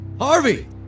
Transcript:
Harvey